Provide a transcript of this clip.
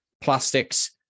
Plastics